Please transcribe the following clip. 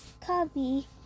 Cubby